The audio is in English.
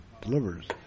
delivers